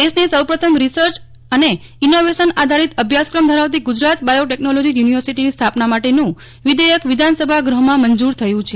દેશની સૌ પ્રથમ રીસર્ચ અને ઇનોવેશન આધારિત અભ્યાસક્રમ ધરાવતી ગુજરાત બાયોટેકનોલોજી યુનિવર્સિટીની સ્થાપના માટેનું વિધેયક વિધાનસભા ગૃહમાં મંજુર થયું છે